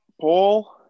Paul